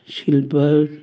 silver